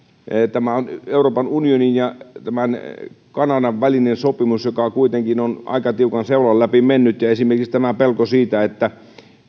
tämä on euroopan unionin ja kanadan välinen sopimus joka kuitenkin on aika tiukan seulan läpi mennyt esimerkiksi tämä pelko siitä kun